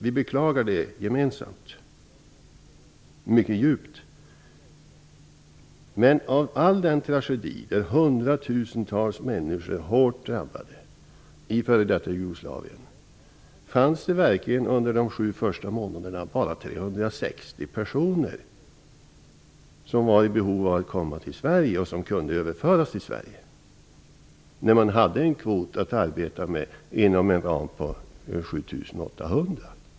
Vi beklagar detta gemensamt och mycket djupt, men fanns det verkligen i hela denna tragedi, där hundratusentals människor var hårt drabbade i f.d. Jugoslavien, under de första sju månaderna bara 360 personer som var i behov av att komma till Sverige och som kunde överföras hit? Man hade en kvot att arbeta med som omfattade 7 800 personer.